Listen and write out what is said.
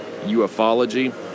UFOlogy